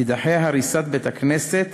תידחה הריסת בית-הכנסת